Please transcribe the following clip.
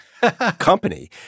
company